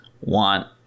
want